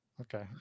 Okay